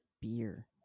beer